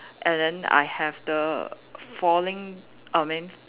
and then I have the falling I mean